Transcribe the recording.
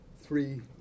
three